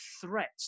threat